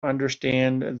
understand